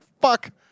fuck